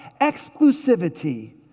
exclusivity